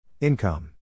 Income